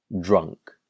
drunk